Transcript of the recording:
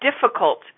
difficult